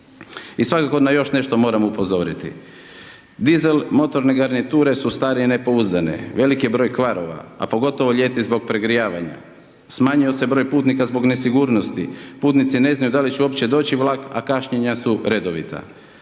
I svakako na još nešto moram upozoriti, dizel motorne garniture su starije i nepouzdane, veliki je broj kvarova, a pogotovo ljeti zbog pregrijavanja, smanjuje se broj putnika zbog nesigurnosti, putnici ne znaju da li će uopće doći vlak, a kašnjenja su redovita.